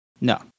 No